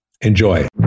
Enjoy